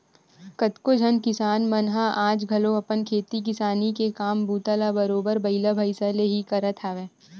कतको झन किसान मन ह आज घलो अपन खेती किसानी के काम बूता ल बरोबर बइला भइसा ले ही करत हवय